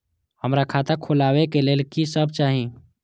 हमरा खाता खोलावे के लेल की सब चाही?